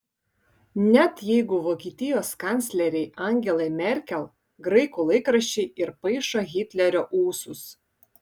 net jeigu vokietijos kanclerei angelai merkel graikų laikraščiai ir paišo hitlerio ūsus